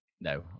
No